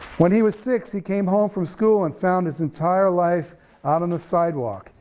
when he was six, he came home from school and found his entire life out on the sidewalk,